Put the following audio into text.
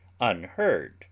unheard